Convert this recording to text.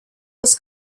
was